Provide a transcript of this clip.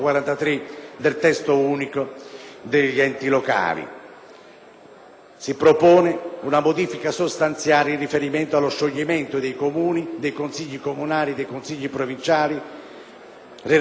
Si propone una modifica sostanziale in riferimento allo scioglimento dei Consigli comunali e dei Consigli provinciali relativamente a ipotesi di infiltrazioni mafiose.